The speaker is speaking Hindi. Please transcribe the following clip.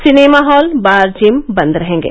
सिनेमा हॉल बार जिम बंद रहेंगे